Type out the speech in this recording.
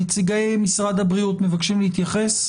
נציגי משרד הבריאות, מבקשים להתייחס?